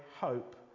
hope